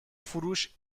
فروش